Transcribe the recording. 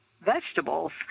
vegetables